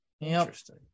Interesting